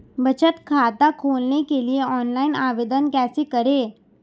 बचत खाता खोलने के लिए ऑनलाइन आवेदन कैसे करें?